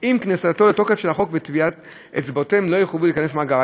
עם כניסת החוק לתוקף ולא יחויבו להכניס את טביעות אצבעותיהם למאגר.